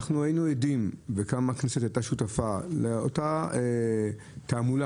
אנחנו היינו עדים והכנסת הייתה שותפה לאותה קריאה,